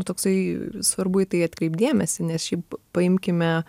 toksai svarbu į tai atkreipt dėmesį nes šiaip paimkime